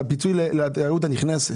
על הפיצוי לתיירות הנכנסת.